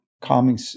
calming